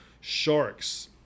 Sharks